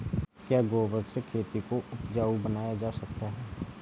क्या गोबर से खेती को उपजाउ बनाया जा सकता है?